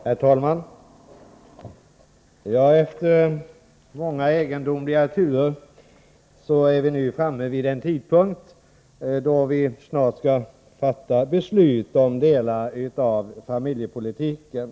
Herr talman! Efter många egendomliga turer är vi nu framme vid den tidpunkt då vi snart skall fatta beslut om delar av familjepolitiken.